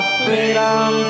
Freedom